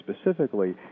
specifically